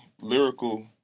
lyrical